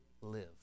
live